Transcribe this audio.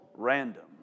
Random